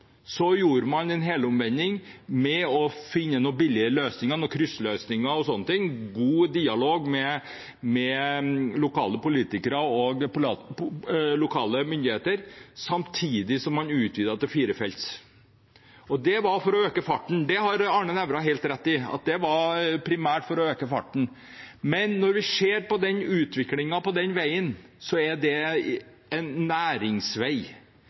Så gjorde man en helomvending og fant noen billige løsninger, noen kryssløsninger o.l., i god dialog med lokale politikere og lokale myndigheter, samtidig som man utvidet til firefelts. Det var for å øke farten – Arne Nævra har helt rett i at det primært var for å øke farten. Men når vi ser på utviklingen på den veien, så er det en næringsvei.